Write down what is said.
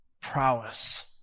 prowess